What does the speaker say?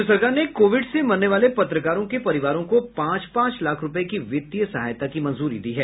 केन्द्र सरकार ने कोविड से मरने वाले पत्रकारों के परिवारों को पांच पांच लाख रुपये की वित्तीय सहायता की मंजूरी दी है